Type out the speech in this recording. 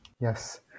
Yes